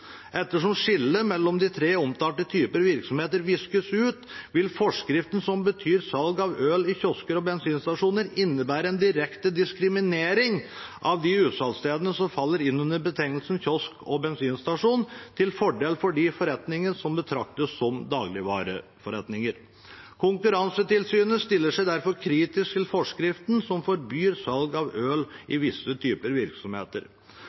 Ettersom skillet mellom de tre omtalte typer virksomheter viskes ut, vil forskriften som forbyr salg av øl i kiosker og bensinstasjoner, innebære en direkte diskriminering av de utsalgene som faller inn under betegnelsen kiosk eller bensinstasjon til fordel for de forretningene som betraktes som dagligvareforretninger . Konkurransetilsynet stiller seg derfor kritisk til forskriften som forbyr salg av øl i visse typer